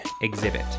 exhibit